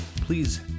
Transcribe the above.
please